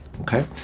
Okay